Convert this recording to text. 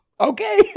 okay